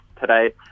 today